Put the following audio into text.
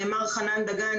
מר חנן דגן,